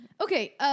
Okay